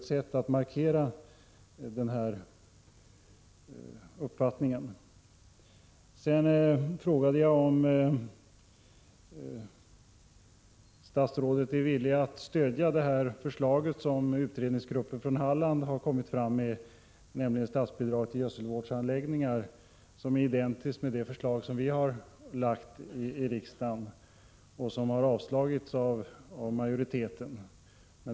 Jag frågade om statsrådet är villig att stödja det förslag som utredningsgruppen från Halland har kommit med, nämligen om statsbidrag till gödselvårdsanläggningar. Förslaget är identiskt med det förslag som vi har framlagt i riksdagen men som har avslagits av majoriteten.